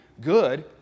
good